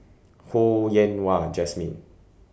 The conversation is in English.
Ho Yen Wah Jesmine